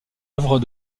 œuvres